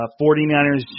49ers